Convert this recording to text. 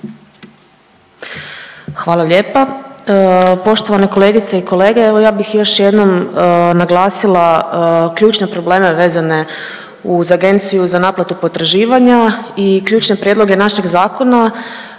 Hvala lijepa. Poštovane kolegice i kolege, evo ja bih još jednom naglasila ključne probleme vezane uz Agenciju za naplatu potraživanja i ključne prijedloge našeg zakona